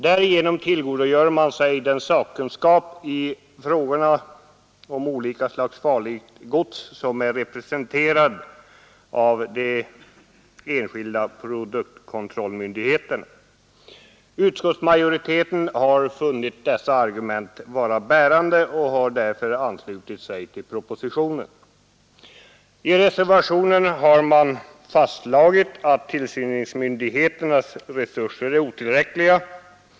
Därigenom tillgodogör man sig den sakkunskap om olika slags farligt gods som är representerad av de enskilda produktkontrollmyndigheterna. Utskottsmajoriteten har funnit dessa argument vara bärande och har därför anslutit sig till propositionen. I reservationen har man fastslagit att tillsynsmyndigheternas resurser är otillräckliga.